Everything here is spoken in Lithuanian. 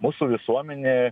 mūsų visuomenė